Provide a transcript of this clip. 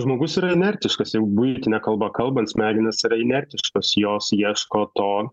žmogus yra inertiškas ir buitine kalba kalbant smegenys yra inertiškos jos ieško to